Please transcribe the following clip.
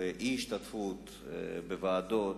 ואי-השתתפות בוועדות,